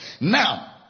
Now